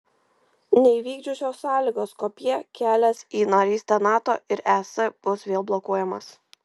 neįvykdžius šios sąlygos skopjė kelias į narystę nato ir es bus vėl blokuojamas